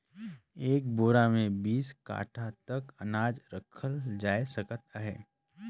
एक बोरा मे बीस काठा तक अनाज रखल जाए सकत अहे